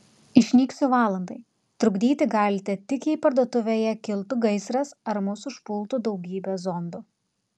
išnyksiu valandai trukdyti galite tik jei parduotuvėje kiltų gaisras ar mus užpultų daugybė zombių